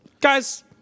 Guys